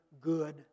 good